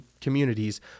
communities